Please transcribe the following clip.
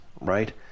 right